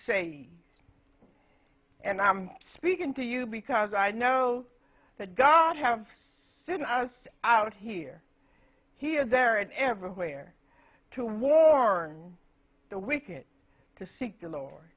saved and i'm speaking to you because i know that god have sent us out here here there and everywhere to warn the wicked to seek the lord